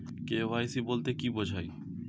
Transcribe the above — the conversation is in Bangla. কে.ওয়াই.সি বলতে কি বোঝায়?